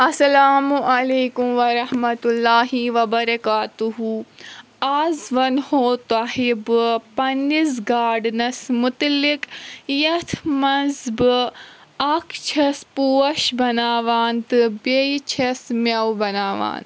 السلام عليكم ورحمة الله وبركاته آز ونہٕ ہو تۄہہِ بہٕ پنٕنس گاڈنس مُتعلق یتھ منٛز بہٕ اکھ چھس پوش بناوان تہٕ بیٚیہِ چھس مٮ۪وٕ بناوان